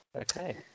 Okay